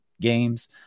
games